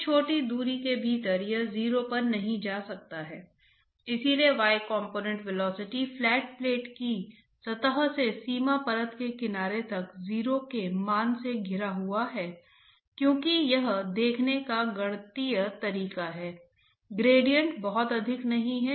तो एक अच्छा अभ्यास यह होगा कि आप नेवियर स्टोक्स समीकरण पर वापस जाएं जो आपको ट्रांसपोर्ट पाठ्यक्रम में प्राप्त हुआ था और इसे देखें कि अलग अलग शब्द क्या हैं और संकेत वास्तव में अलग अलग शब्दों को अलग अलग स्थानों पर आने के लिए कैसे मजबूर करता है